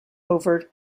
overt